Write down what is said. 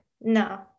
no